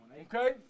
okay